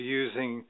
using